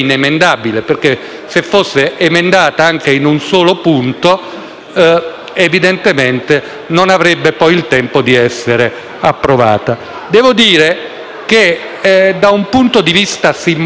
evidentemente non avrebbe, poi, il tempo di essere approvato. Da un punto di vista simbolico, evidenziare quanto è chiaro a tutti